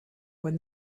when